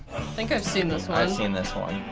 think i've seen this one. i've seen this one.